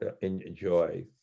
enjoy